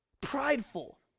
prideful